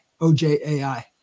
O-J-A-I